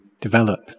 develop